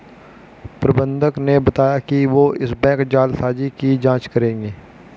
प्रबंधक ने बताया कि वो इस बैंक जालसाजी की जांच करेंगे